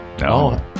No